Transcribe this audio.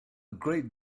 great